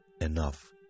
enough